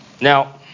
Now